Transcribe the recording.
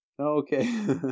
okay